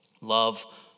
Love